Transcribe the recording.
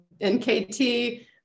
NKT